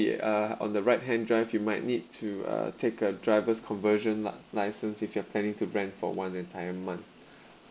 we are on the right hand drive you might need to uh take a driver's conversion lah license if you're planning to rent for one entire month